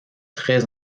très